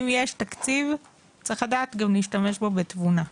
אם יש תקציב צריך לדעת גם להשתמש בו בתבונה.